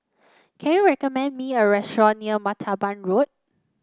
can you recommend me a restaurant near Martaban Road